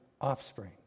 offspring